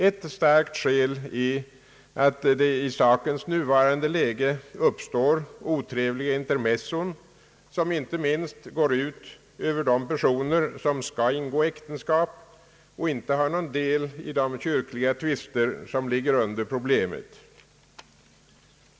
Ett starkt skäl är att det i sakens nuvarande läge uppstår otrevliga intermezzon, som inte minst går ut över de personer som skall ingå äktenskap och inte har någon del i de kyrkliga tvister som ligger under problemet.